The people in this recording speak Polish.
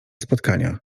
spotkania